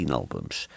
albums